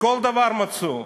לכל דבר מצאו.